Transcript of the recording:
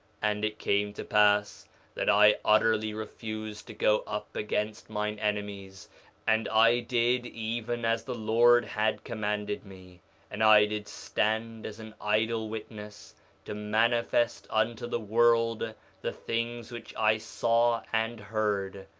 and it came to pass that i utterly refused to go up against mine enemies and i did even as the lord had commanded me and i did stand as an idle witness to manifest unto the world the things which i saw and heard,